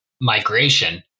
migration